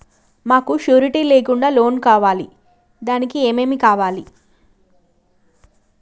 మాకు షూరిటీ లేకుండా లోన్ కావాలి దానికి ఏమేమి కావాలి?